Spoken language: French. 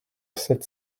sept